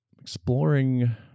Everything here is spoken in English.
Exploring